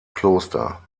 kloster